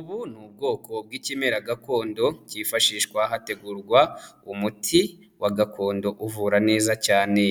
Ubu ni ubwoko bw'ikimera gakondo kifashishwa hategurwa umuti wa gakondo uvura neza cyane.